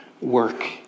work